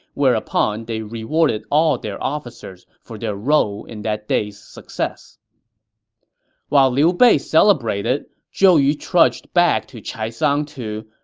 whereupon they rewarded all their officers for their role in that day's success while liu bei celebrated, zhou yu trudged back to chaisang to,